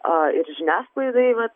a ir žiniasklaidai vat